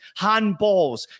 handballs